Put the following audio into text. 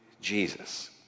Jesus